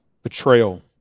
Betrayal